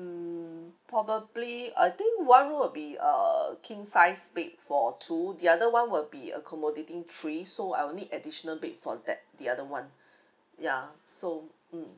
mm probably I think one room will be uh king size bed for two the other [one] will be accommodating three so I will need additional bed for that the other [one] ya so mm